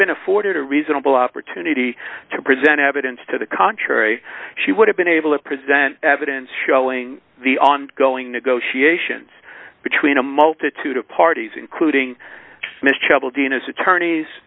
been afforded a reasonable opportunity to present evidence to the contrary she would have been able to present evidence showing the ongoing negotiations between a multitude of parties including